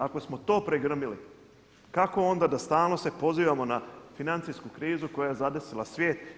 Ako smo to pregrmili kako onda da stalno se pozivamo na financijsku krizu koja je zadesila svijet?